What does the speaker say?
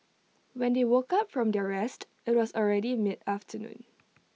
when they woke up from their rest IT was already mid afternoon